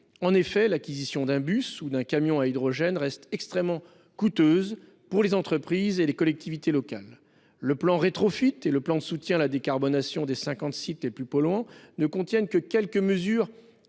En effet, l'acquisition d'un bus ou d'un camion à hydrogène reste extrêmement coûteuse pour les entreprises et les collectivités locales. Le plan rétrofit et le plan de soutien à la décarbonation des cinquante sites les plus polluants ne contiennent que quelques mesures